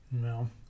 No